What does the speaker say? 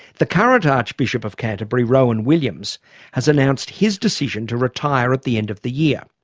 the current archbishop of canterbury rowan williams has announced his decision to retire at the end of the year.